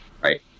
right